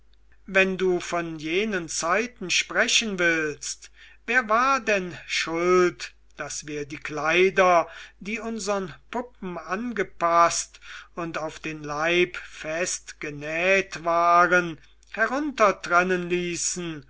wenn du von jenen zeiten sprechen willst wer war denn schuld daß wir die kleider die unsern puppen angepaßt und auf den leib festgenäht waren heruntertrennen ließen